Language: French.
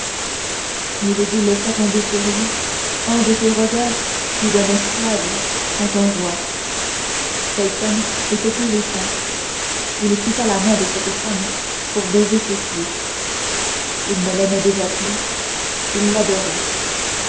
laissa tomber sur lui un de ces regards qui d'un esclave font un roi felton était puritain il quitta la main de cette femme pour baiser ses pieds il ne l'aimait déjà plus il l'adorait